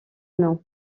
nom